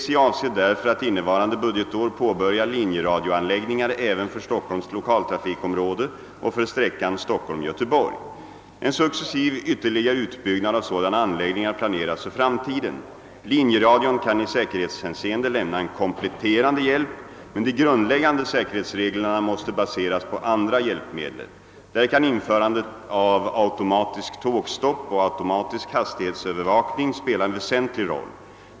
SJ avser därför att innevarande budgetår påbörja linjeradioanläggningar även för Stockholms lokaltrafikområde och för sträckan Stockholm—Göteborg. En successiv ytterligare utbyggnad av sådana anläggningar planeras för framtiden. Linjeradio kan i säkerhetshänseende lämna en kompletterande hjälp, men de grundläggande <säkerhetsreglerna måste baseras på andra hjälpmedel. Där kan införandet av automatiskt tågstopp och automatisk hastighetsövervakning spela en väsentlig roll.